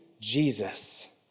Jesus